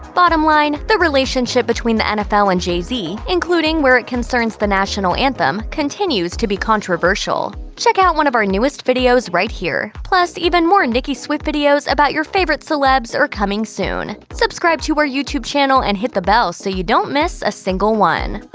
bottom line? the relationship between the nfl and jay-z including where it concerns the national anthem continues to be controversial. check out one of our newest videos right here! plus, even more nicki swift videos about your favorite celebs are coming soon. subscribe to our youtube channel and hit the bell so you don't miss a single one.